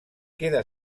queda